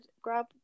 grab